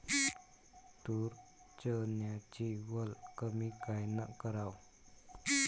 तूर, चन्याची वल कमी कायनं कराव?